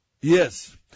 Yes